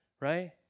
right